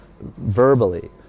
verbally